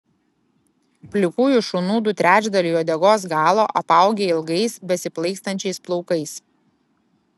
plikųjų šunų du trečdaliai uodegos galo apaugę ilgais besiplaikstančiais plaukais